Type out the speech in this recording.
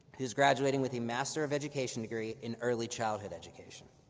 who's graduating with a master of education degree in early childhood education.